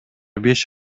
беш